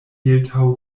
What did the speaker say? mehltau